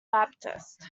baptist